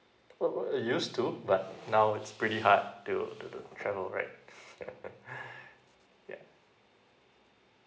oh uh used to but now it's pretty hard to to to travel right yeah